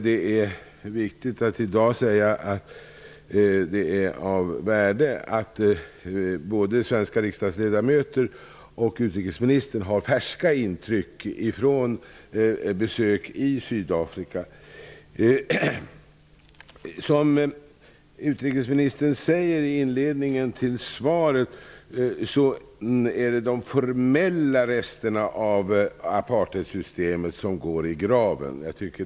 Det är av stort värde i dag att både svenska riksdagsledamöter och utrikesministern har färska intryck från besök i Som utrikesministern sade i sitt svar är det just de formella resterna av apartheidsystemet som går i graven.